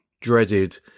dreaded